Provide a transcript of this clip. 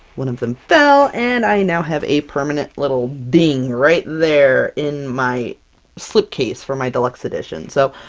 one of them fell, and i now have a permanent little ding right there in my slip case for my deluxe edition. so,